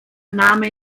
name